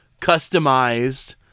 customized